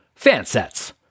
Fansets